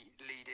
leading